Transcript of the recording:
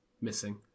missing